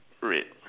red